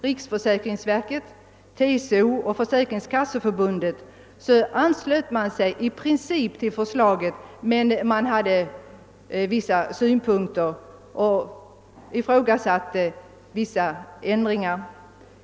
Riksförsäkringsverket, TCO och Försäkringskasseförbundet har i princip anslutit sig till förslaget men föreslår eller ifrågasätter i olika hänseenden avvikelser när det gäller den närmare utformningen av detta.